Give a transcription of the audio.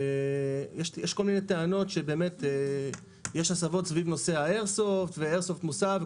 יש כל מיני טענות שיש הסבות סביב נושא האיירסופט ואיירסופט מוסב.